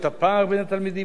את הפער בין התלמידים,